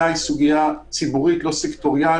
אני מוצא את זה דבר מאוד שכיח